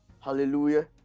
Hallelujah